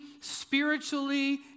spiritually